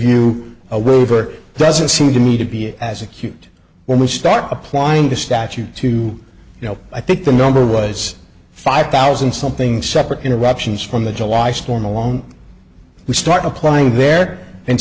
you a louver doesn't seem to me to be as acute when we start applying the statute to you know i think the number was five thousand something separate eruptions from the july storm alone we start applying there and